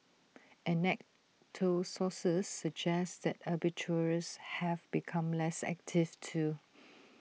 anecdotal sources suggest that arbitrageurs have become less active too